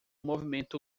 movimento